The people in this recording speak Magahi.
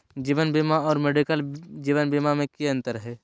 जीवन बीमा और मेडिकल जीवन बीमा में की अंतर है?